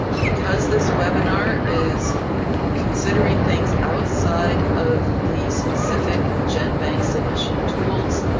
because this webinar is considering things outside of the specific genbank submission tools,